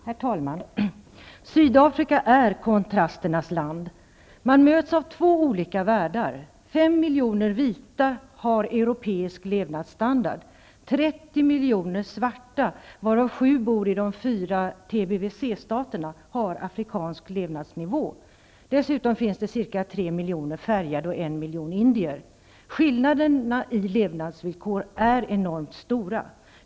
Herr talman! Sydafrika är kontrasternas land. Man möts av två olika världar. Fem miljoner vita har europeisk levnadsstandard. 30 miljoner svarta, varav sju miljoner bor i de fyra TBVC staterna, har afrikansk levnadsnivå. Dessutom finns det ca tre miljoner färgade och en miljon indier i Sydafrika. Skillnaderna i levnadsvillkor är enormt stora.